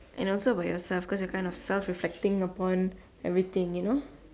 and also about yourself cause your kind of self reflecting upon everything you know